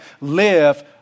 live